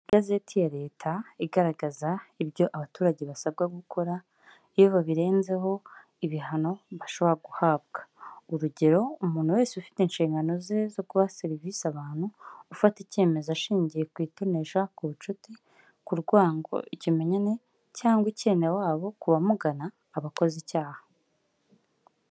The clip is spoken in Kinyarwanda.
Igazeti ya leta igaragaza ibyo abaturage basabwa gukora, iyo babirenzeho ibihano bashobora guhabwa, urugero umuntu wese ufite inshingano ze zo guha serivisi abantu, ufata icyemezo ashingiye ku itonesha, ku bushuti, ku rwango, ikimenyane, cyangwa icyenewabo kubamugana aba akoze icyaha.